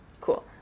Cool